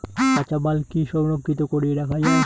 কাঁচামাল কি সংরক্ষিত করি রাখা যায়?